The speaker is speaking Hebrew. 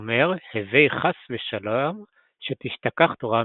אומר הוי חס ושלום שתשכח תורה מישראל"